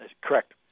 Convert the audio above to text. Correct